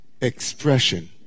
expression